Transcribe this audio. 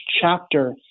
chapter